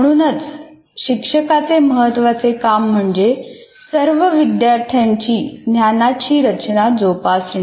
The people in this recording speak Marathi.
म्हणूनच शिक्षकाचे महत्त्वाचे काम म्हणजे सर्व विद्यार्थ्यांची ज्ञानाची रचना जोपासणे